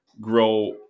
grow